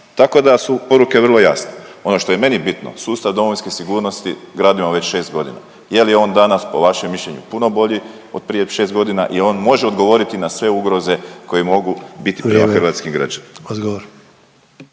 tako da su poruke vrlo jasne. Ono što je meni bitno sustav domovinske sigurnosti gradimo već šest godina, je li on danas po vašem mišljenju puno bolji od prije šest godina i jel on može odgovoriti na sve ugroze koje mogu biti …/Upadica